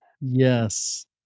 Yes